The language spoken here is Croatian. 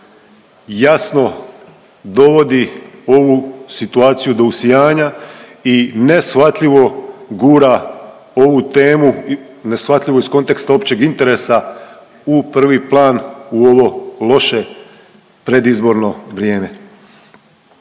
jasno dovodi ovu situaciju do usijanja i neshvatljivo gura ovu temu, neshvatljivo iz konteksta općeg interesa u prvi plan u ovo loše predizborno vrijeme.